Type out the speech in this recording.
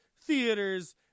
theaters